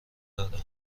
داره